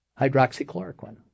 hydroxychloroquine